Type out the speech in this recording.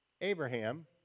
Abraham